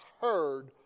heard